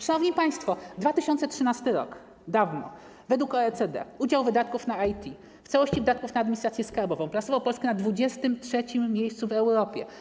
Szanowni państwo, w 2013 r., dawno, według OECD udział wydatków na IT w całości wydatków na administrację skarbową plasował Polskę na 23. miejscu w Europie.